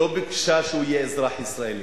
היא לא ביקשה שהוא יהיה אזרח ישראלי,